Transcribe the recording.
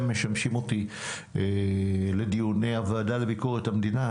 משמעות אותי לדיוני הוועדה לביקורת המדינה.